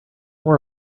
more